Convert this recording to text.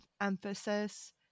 emphasis